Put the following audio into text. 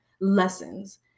lessons